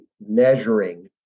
measuring